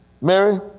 Mary